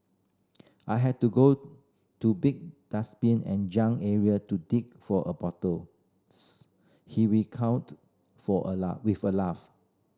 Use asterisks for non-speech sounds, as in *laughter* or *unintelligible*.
I had to go to big dustbin and junk area to dig for a bottle *unintelligible* he recounted for a *unintelligible* with a laugh